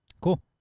Cool